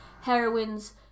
heroines